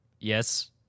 yes